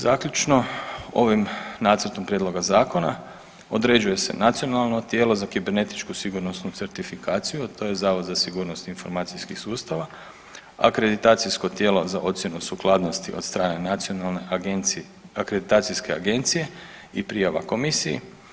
Zaključno ovim nacrtom prijedloga zakona određuje se nacionalno tijelo za kibernetičku sigurnosnu certifikaciju, a to je Zavod za sigurnost informacijskih sustava, akreditacijsko tijelo za ocjenu sukladnosti od strane nacionalne agencije, akreditacijske agencije i prijava Komisiji.